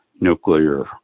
nuclear